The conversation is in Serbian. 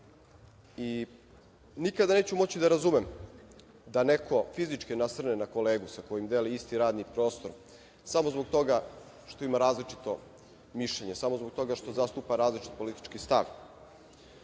Nikada neću moći da razumem da neko fizički nasrne na kolegu sa kojim deli isti radni prostor, samo zbog toga što ima različito mišljenje, samo zbog toga što zastupa različit politički